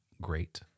great